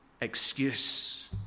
excuse